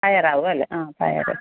പയറാവും അല്ലെ ആ പയർ